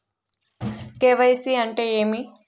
KYC అంటే ఏమి?